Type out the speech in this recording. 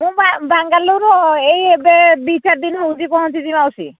ମୁଁ ବା ବାଙ୍ଗାଲୋର ଏଇ ଏବେ ଦୁଇ ଚାରି ଦିନ ହେଉଛି ପହଞ୍ଚିଛି ମାଉସୀ